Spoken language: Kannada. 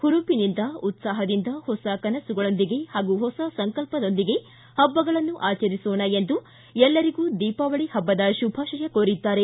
ಹುರುಪಿನಿಂದ ಉತ್ಸಾಹದಿಂದ ಹೊಸ ಕನಸುಗಳೊಂದಿಗೆ ಹೊಸ ಸಂಕಲ್ಪದೊಂದಿಗೆ ಪಬ್ಬಗಳನ್ನೂ ಆಚರಿಸೋಣ ಎಂದು ಎಲ್ಲರಿಗೂ ದೀಪಾವಳಿ ಹಬ್ಬದ ಶುಭ ಕೋರಿದ್ದಾರೆ